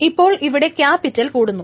ഇപ്പോൾ ഇവിടെ ക്യാപിറ്റൽ കൂടുന്നു